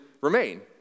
remain